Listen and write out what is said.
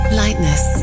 lightness